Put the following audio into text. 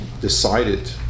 decided